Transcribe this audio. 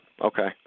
Okay